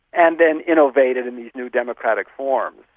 and then innovated in these new democratic forms.